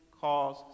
cause